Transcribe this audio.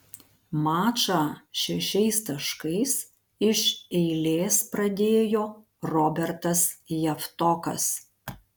mačą šešiais taškais iš eilės pradėjo robertas javtokas